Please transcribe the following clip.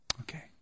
Okay